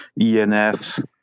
ENF